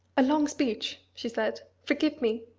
a long speech she said forgive me!